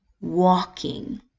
walking